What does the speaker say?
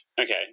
okay